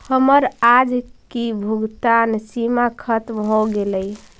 हमर आज की भुगतान सीमा खत्म हो गेलइ